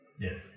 Yes